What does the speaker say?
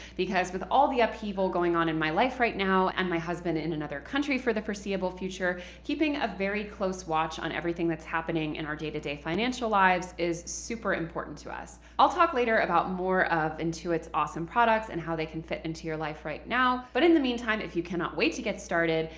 because with all the upheaval going on in my life right now and my husband in another country for the foreseeable future, keeping a very close watch on everything that's happening in our day-to-day financial lives is super important to us. i'll talk later about more of intuit's awesome products and how they can fit into your life right now, but in the meantime, if you cannot wait to get started,